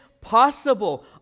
possible